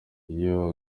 iyo